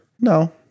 No